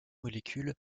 molécules